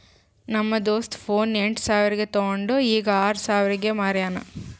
ನಮ್ದು ದೋಸ್ತ ಫೋನ್ ಎಂಟ್ ಸಾವಿರ್ಗ ತೊಂಡು ಈಗ್ ಆರ್ ಸಾವಿರ್ಗ ಮಾರ್ಯಾನ್